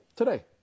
Today